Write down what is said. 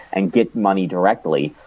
and get money directly.